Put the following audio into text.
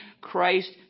Christ